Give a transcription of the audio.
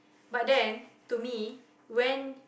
but then to me when